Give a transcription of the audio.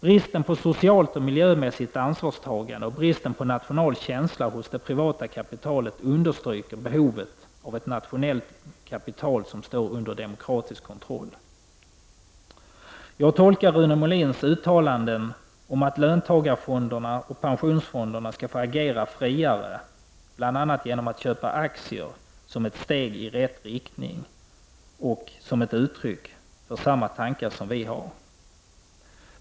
Bristen på socialt och miljömässigt ansvarstagande och bristen på nationell känsla hos det privata kapitalet understryker behovet av ett nationellt kapital som står under demokratisk kontroll. Jag tolkar Rune Molins uttalanden om att löntagarfonderna och pensionsfonderna skall få agera friare, bl.a. genom att köpa aktier, som ett steg i rätt riktning och som ett uttryck för samma tankar som vi har.